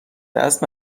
دست